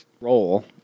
role